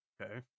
okay